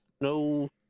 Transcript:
No